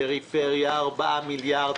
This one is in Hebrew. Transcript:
בפריפריה 4 מיליארד,